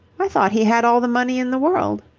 i thought he had all the money in the world.